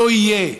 לא יהיה.